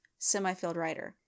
semifieldwriter